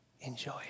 enjoy